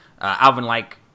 Alvin-like